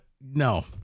No